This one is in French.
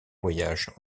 voyages